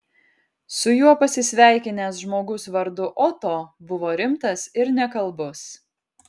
su juo pasisveikinęs žmogus vardu oto buvo rimtas ir nekalbus